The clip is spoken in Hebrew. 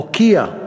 מוקיעים,